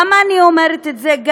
למה אני אומרת את זה?